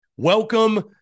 Welcome